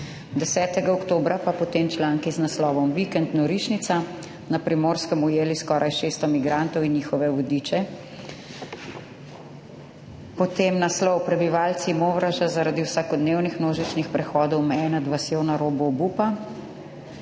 10. oktobra pa potem članek z naslovom Vikend norišnica: Na Primorskem ujeli skoraj 600 migrantov in njihove vodiče. Potem naslov Prebivalci Movraža zaradi vsakodnevnih množičnih prehodov meje nad vasjo že na robu obupa.